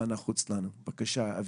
בבקשה.